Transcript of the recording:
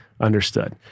Understood